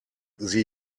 sie